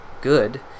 good